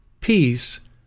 peace